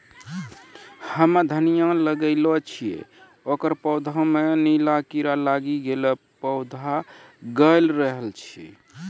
हम्मे धनिया लगैलो छियै ओकर पौधा मे नीला कीड़ा लागी गैलै पौधा गैलरहल छै?